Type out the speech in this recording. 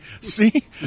See